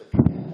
אל תדאג.